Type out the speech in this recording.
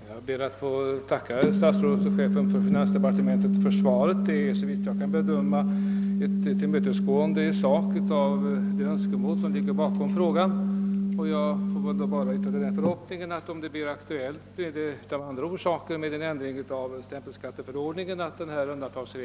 Herr talman! Jag ber att få tacka statsrådet och chefen för finansdepartementet för svaret på min fråga. Såvitt jag kan bedöma innebär svaret i sak ett tillmötesgående av de önskemål som ligger bakom min fråga. Jag vill nu bara uttrycka den förhoppningen, att en undantagsregel beträffande de fall min fråga avsåg tas in i stämpelskatteförordningen, om det av andra orsaker